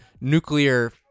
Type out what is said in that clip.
nuclear